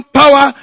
power